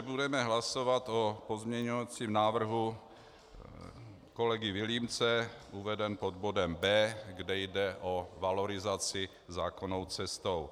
Budeme hlasovat o pozměňovacím návrhu kolegy Vilímce, uveden pod bodem B, kde jde o valorizaci zákonnou cestou.